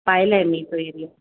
पाहिलं आहे मी तो एरिया